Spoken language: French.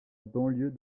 banlieue